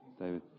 David